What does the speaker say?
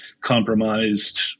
compromised